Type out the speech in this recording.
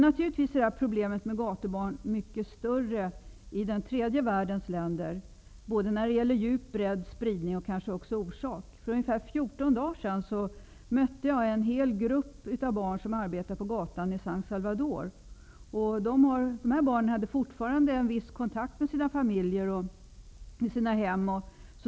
Naturligtvis är problemet med gatubarn mycket större i tredje världens länder både när det gäller djup, bredd, spridning och kanske också orsak. För ungefär fjorton dagar sedan mötte jag en grupp av barn som arbetade på gatan i San Salvador. Dessa barn hade fortfarande en viss kontakt med sin familj och med sina hem.